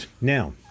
Now